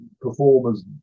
performers